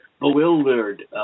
bewildered